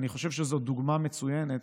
אני חושב שזאת דוגמה מצוינת.